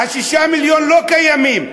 6 המיליון לא קיימים.